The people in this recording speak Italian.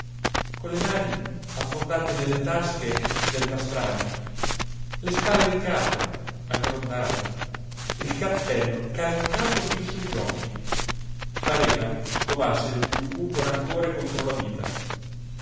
con le mani affondate nelle tasche del pastrano le spalle in capo aggrondato il cappello calcato fin sugli occhi pareva covasse il piú cupo rancore contro la vita